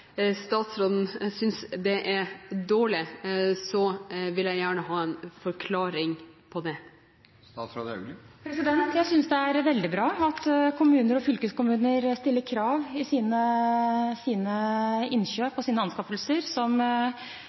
statsråden synes det er dårlig, så vil jeg gjerne ha en forklaring på det. Jeg synes det er veldig bra at kommuner og fylkeskommuner stiller krav i sine innkjøp og sine anskaffelser. Som